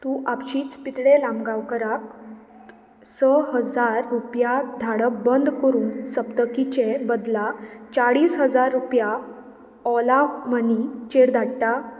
तूं आपशींच पितडे लामगांवकराक स हजार रुपया धाडप बंद करून सप्तकीचे बदला चाळीस हजार रुपया ऑला मनीचेर धाडटा